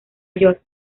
york